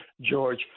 George